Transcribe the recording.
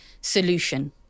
solution